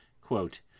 Quote